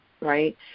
Right